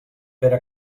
pere